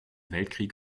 weltkrieg